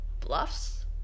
Bluffs